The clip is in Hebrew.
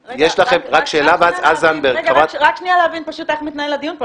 רק שנייה להבין איך מתנהל הדיון פה,